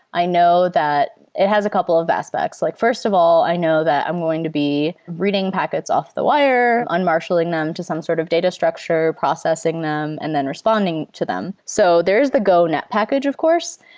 i know that it has a couple of aspects. like first of all, i know that i'm going to be reading packets off the wire on marshaling them to some sort of data structure, processing them, and then responding to them. so there is the go net package of course,